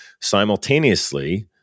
Simultaneously